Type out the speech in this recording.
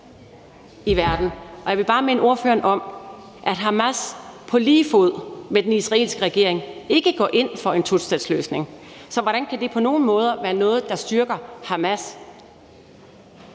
forslag. Og jeg vil bare minde ordføreren om, at Hamas på lige fod med den israelske regering ikke går ind for en tostatsløsning, så hvordan kan det på nogen måde være noget, der styrker Hamas?